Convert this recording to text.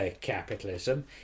capitalism